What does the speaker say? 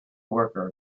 worker